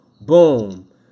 boom